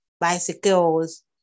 bicycles